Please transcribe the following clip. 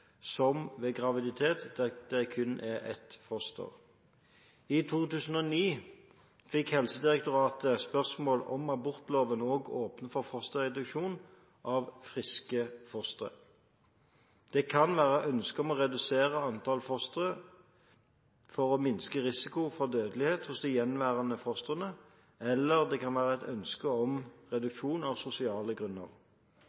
det kun er ett foster. I 2009 fikk Helsedirektoratet spørsmål om abortloven også åpner for fosterreduksjon av friske fostre. Det kan være ønske om å redusere antall fostre for å minske risiko for dødelighet hos de gjenværende fostrene, eller det kan være ønske om